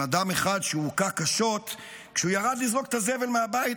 עם אדם אחד שהוכה קשות כשירד לזרוק את הזבל מהבית,